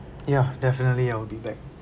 ya definitely I'll be back